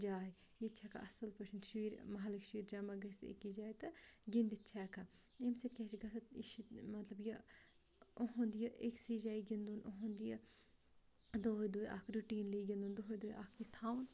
جاے ییٚتہِ چھِ ہٮ۪کان اَصٕل پٲٹھۍ شُرۍ مَحلٕکۍ شُرۍ جمع گٔژھِتھ أکی جاے تہٕ گِنٛدِتھ چھِ ہٮ۪کان ییٚمہِ سۭتۍ کیٛاہ چھِ گژھان یہِ چھِ مانٛژٕ یہِ اُہُنٛد یہِ أکسٕے جایہِ گِنٛدُن اُہُنٛد یہِ دۄہَے دۄہَے اَکھ رُٹیٖنلی گِنٛدُن دۄہَے دۄہَے اَکھ یہِ تھاوُن